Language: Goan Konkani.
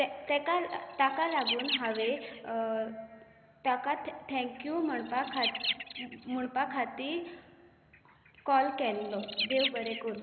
तेका ताका लागून हांवें ताका थॅंक्यू म्हणपाक खात म्हणपा खातीर कॉल केल्लो देव बरें करूं